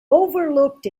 overlooked